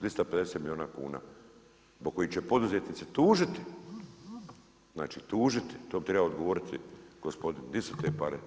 250 milijuna kuna, zbog kojih će poduzetnici tužiti, znači tužiti, to bi trebao odgovoriti gospodin, di su te pare.